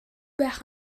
байх